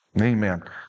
Amen